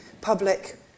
public